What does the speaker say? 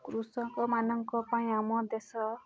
କୃଷକମାନଙ୍କ ପାଇଁ ଆମ ଦେଶ